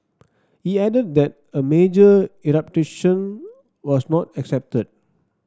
he added that a major eruption was not expected